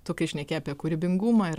tu kai šneki apie kūrybingumą ir